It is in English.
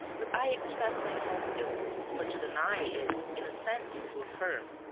but i express myself ill, for to deny is in a sense to affirm,